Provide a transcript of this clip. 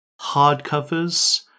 hardcovers